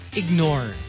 ignore